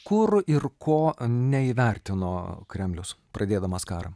kur ir ko neįvertino kremlius pradėdamas karą